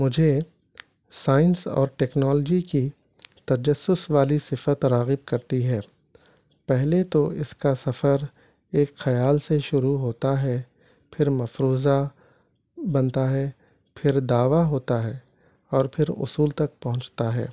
مجھے سائنس اور ٹیکنالوجی کی تجسس والی صفت راغب کرتی ہے پہلے تو اس کا سفر ایک خیال سے شروع ہوتا ہے پھر مفروضہ بنتا ہے پھر دعوی ہوتا ہے اور پھر اصول تک پہنچتا ہے